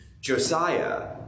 Josiah